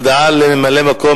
הודעה לממלא-מקום